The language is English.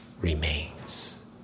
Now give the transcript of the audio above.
remains